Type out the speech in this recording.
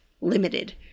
limited